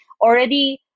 already